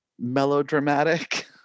melodramatic